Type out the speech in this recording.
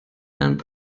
and